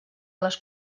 les